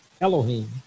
Elohim